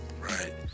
Right